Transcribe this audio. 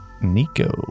Nico